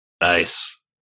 Nice